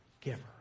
giver